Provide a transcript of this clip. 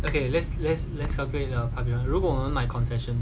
okay let's let's let's calculate 如果我们买 concession